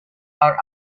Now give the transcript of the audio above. are